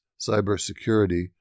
cybersecurity